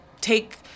take